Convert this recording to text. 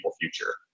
future